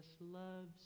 loves